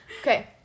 Okay